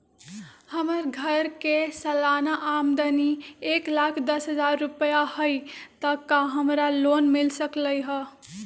हमर घर के सालाना आमदनी एक लाख दस हजार रुपैया हाई त का हमरा लोन मिल सकलई ह?